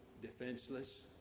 defenseless